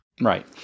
Right